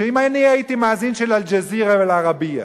שאם אני הייתי מאזין של "אל-ג'זירה" ו"אל-ערבייה"